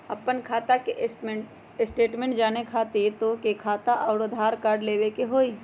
आपन खाता के स्टेटमेंट जाने खातिर तोहके खाता अऊर आधार कार्ड लबे के होइ?